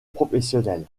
professionnelle